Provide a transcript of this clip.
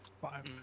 Five